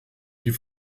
die